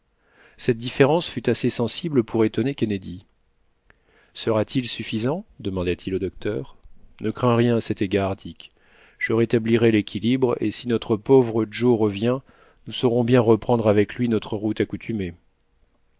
cette différence fut assez sensible pour étonner kennedy sera-t-il suffisant demanda-t-il au docteur ne crains rien à cet égard dick je rétablirai l'équilibre et si notre pauvre joe revient nous saurons bien reprendre avec lui notre route accoutumée